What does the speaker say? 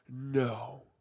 no